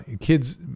kids